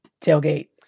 tailgate